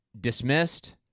dismissed